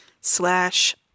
slash